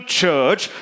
church